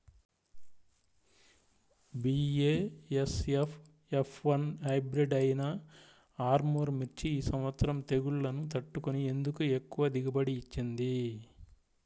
BASF F one hybrid అయినా ఆర్ముర్ మిర్చి ఈ సంవత్సరం తెగుళ్లును తట్టుకొని ఎందుకు ఎక్కువ దిగుబడి ఇచ్చింది?